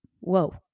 whoa